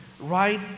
right